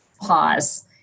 pause